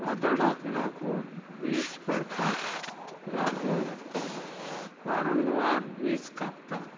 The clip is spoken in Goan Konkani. वादळाक लागून वीज पडपाक लागून वारंवार वीज कापता